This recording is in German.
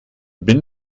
bin